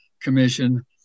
Commission